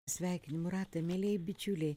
sveikinimų ratą mielieji bičiuliai